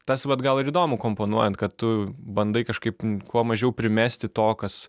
tas vat gal ir įdomu komponuojant kad tu bandai kažkaip kuo mažiau primesti to kas